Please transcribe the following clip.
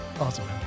Awesome